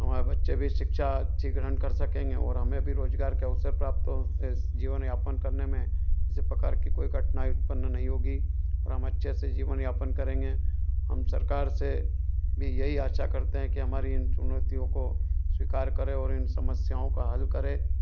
हमारे बच्चे भी शिक्षा अच्छी ग्रहण कर सकेंगे और हमें भी रोज़गार के अवसर प्राप्त होंगे और ऐसे जीवन यापन करने में किसी प्रकार कि कोई कठिनाई उत्पन्न नहीं होगी और हम अच्छे से जीवन यापन करेंगे हम सरकार से भी यही आशा करते हैं कि हमारी इन चुनौतियों को स्वीकार करे और इन समस्याओं का हल करे